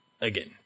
again